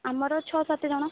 ଆମର ଛଅ ସାତ ଜଣ